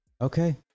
Okay